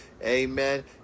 Amen